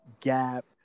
Gap